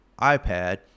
ipad